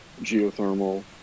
geothermal